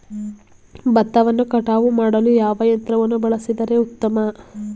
ಭತ್ತವನ್ನು ಕಟಾವು ಮಾಡಲು ಯಾವ ಯಂತ್ರವನ್ನು ಬಳಸಿದರೆ ಉತ್ತಮ?